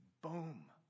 boom